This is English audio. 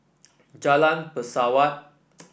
Jalan Pesawat